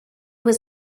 was